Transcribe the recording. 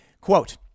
Quote